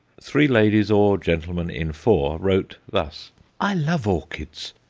three ladies or gentlemen in four wrote thus i love orchids.